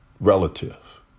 relative